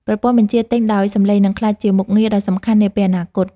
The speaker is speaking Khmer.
ប្រព័ន្ធបញ្ជាទិញដោយសំឡេង នឹងក្លាយជាមុខងារដ៏សំខាន់នាពេលអនាគត។